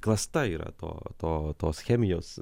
klasta yra to to tos chemijos